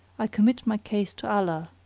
i commit my case to allah,